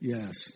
Yes